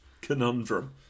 conundrum